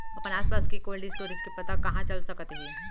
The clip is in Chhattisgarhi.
अपन आसपास के कोल्ड स्टोरेज के पता कहाँ चल सकत हे?